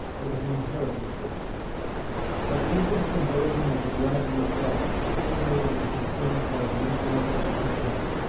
it was an inheritance with him but lincoln's conversion was a gradual process, stimulated and confirmed by the influence of his companion.